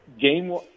game –